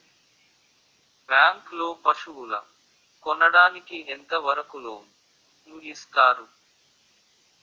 Bank లో పశువుల కొనడానికి ఎంత వరకు లోన్ లు ఇస్తారు?